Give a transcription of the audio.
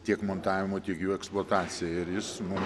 tiek montavimu tiek jų eksploatacija ir jis mum